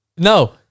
No